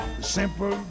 simple